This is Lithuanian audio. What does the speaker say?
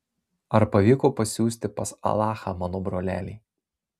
ar pavyko pasiųsti pas alachą mano brolelį